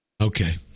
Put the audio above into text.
Okay